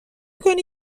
کنی